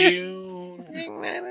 June